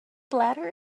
bladder